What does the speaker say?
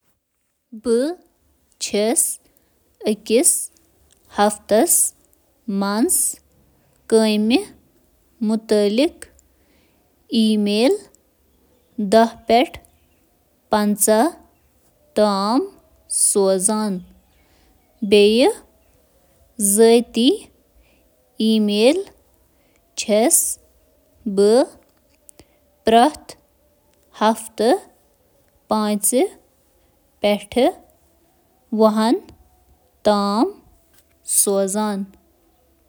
پوٗرٕ رٮ۪وٲیتی کامہِ ہِنٛدِس ہفتَس دوران چھِ اوسط نفرَس لَگ بَگ. ترٛےٚ ہتھ شیٹھ ٲٹھ, ای میل میلان ییٚلہِ زن صِرِف اکھ ہتھ ترٕہ, ای میل سوزان چھِ۔ ہفتہٕ كِس ٲخرس دوران چھٗ رٹنہٕ آمتین ای میلن ہٗند اوسط تعداد. ژتجی, ییلہِ زن سوزنہٕ آمتین ای میلن ہٗند اوسط تعداد. کَہہ چھٗ ۔